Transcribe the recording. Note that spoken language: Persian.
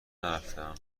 نرفتهام